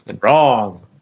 wrong